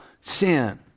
sin